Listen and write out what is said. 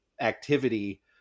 activity